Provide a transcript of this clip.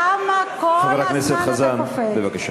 למה כל הזמן אתה קופץ?